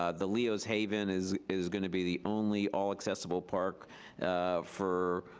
ah the leo's haven is is gonna be the only all-accessible park for